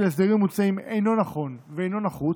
ההסדרים המוצעים אינו נכון ואינו נחוץ,